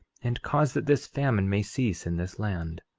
and cause that this famine may cease in this land.